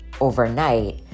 overnight